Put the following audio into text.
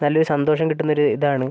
നല്ലൊരു സന്തോഷം കിട്ടുന്നൊര് ഇതാണ്